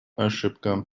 ошибка